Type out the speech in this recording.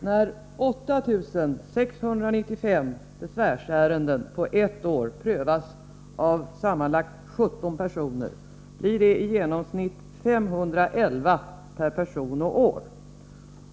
Herr talman! När 8 695 besvärsärenden på ett år prövas av sammanlagt 17 personer blir det i genomsnitt 511 per person och år.